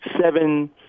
seven